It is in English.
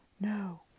no